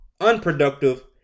unproductive